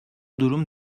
durum